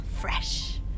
Fresh